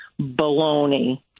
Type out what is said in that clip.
Baloney